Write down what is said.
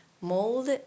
mold